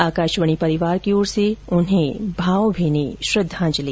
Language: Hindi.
आकाशवाणी परिवार की ओर से उन्हें भावभीनी श्रद्धांजलि